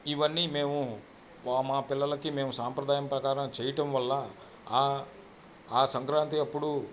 ఇవన్నీ మేము మా పిల్లలకి మేము సాంప్రదాయం ప్రకారం చేయటం వల్ల ఆ సంక్రాంతి అప్పుడు